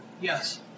Yes